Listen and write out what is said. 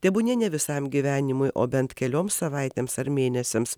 tebūnie ne visam gyvenimui o bent kelioms savaitėms ar mėnesiams